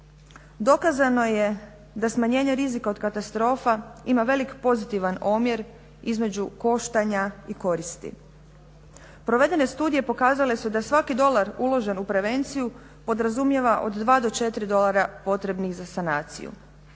Dokazano je da smanjenje rizika od katastrofa ima velik pozitivan omjer između koštanja i koristi. Provedene studije pokazale su da svaki dolar uložen u prevenciju podrazumijeva od 2 do 4 dolara potrebnih za sanaciju,